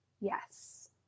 yes